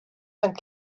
and